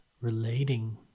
relating